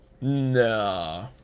No